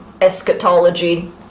eschatology